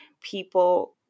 people